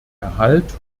erhalt